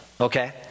okay